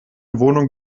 wohnung